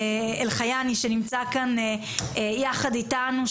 שנמצא כאן יחד איתנו,